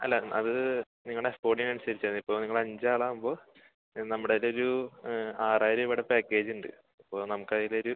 അല്ല അത് നിങ്ങളുടെ സ്പോട്ടിനനുസരിച്ചാണ് ഇപ്പം നിങ്ങൾ അഞ്ചാളാകുമ്പോൾ നമ്മുടെ കൈയിലൊരു ആറായിരം രൂപയുടെ പാക്കേജുണ്ട് അപ്പം നമ്മക്കതിലൊരു